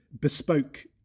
bespoke